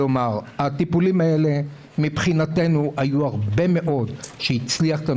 בטיפולים האלה מבחינתנו היו הרבה מאוד שהצליחו.